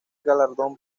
galardón